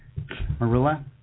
Marula